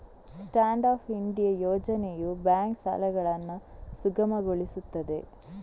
stand up India ಯೋಜನೆಯು bank ಸಾಲಗಳನ್ನು ಸುಗಮಗೊಳಿಸುತ್ತದೆ